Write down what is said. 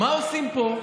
מה עושים פה?